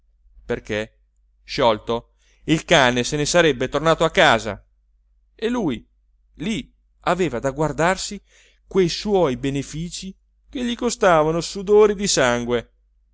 perché sciolto il cane se ne sarebbe tornato a casa e lui lì aveva da guardarsi quei suoi beneficii che gli costavano sudori di sangue